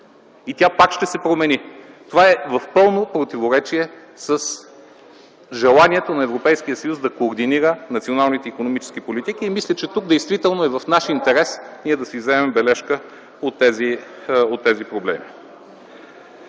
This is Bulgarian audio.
И тя пак ще се промени. Това е в пълно противоречие с желанието на Европейския съюз да координира националните икономически политики. Мисля, че тук действително е в наш интерес да си вземем бележка от тези проблеми.